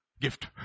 gift